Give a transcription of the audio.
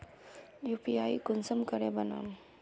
UPI कुंसम करे बनाम?